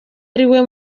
ariwe